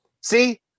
See